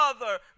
mother